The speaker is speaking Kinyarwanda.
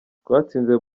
twatsinze